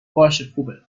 باشهخوبه